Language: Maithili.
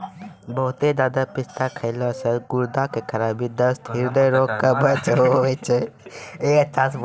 बहुते ज्यादा पिस्ता खैला से गुर्दा के खराबी, दस्त, हृदय रोग, कब्ज होय छै